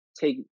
take